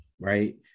right